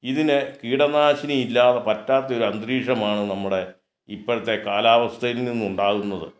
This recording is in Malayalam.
ഇതിനെ കീടനാശിനി ഇല്ലാ പറ്റാത്ത ഒരു അന്തരീക്ഷമാണ് നമ്മുടെ ഇപ്പോഴത്തെ കാലാവസ്ഥയിൽ നിന്ന് ഉണ്ടാവുന്നത്